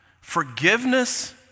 forgiveness